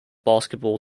basketball